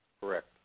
Correct